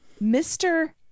Mr